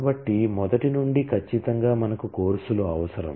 కాబట్టి మొదటి నుండి ఖచ్చితంగా మనకు కోర్సులు అవసరం